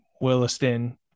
Williston